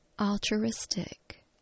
Altruistic